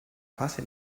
fase